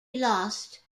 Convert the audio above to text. lost